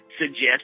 suggest